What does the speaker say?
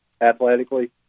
athletically